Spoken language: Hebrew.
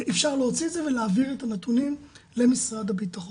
אפשר להוציא את זה ולהעביר את הנתונים למשרד הבטחון.